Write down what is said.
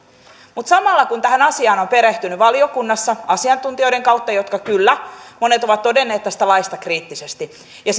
mutta samalla kun tähän asiaan on perehtynyt valiokunnassa asiantuntijoiden kautta jotka kyllä monet ovat todenneet tästä laista kriittisesti ja